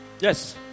yes